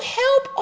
help